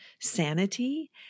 sanity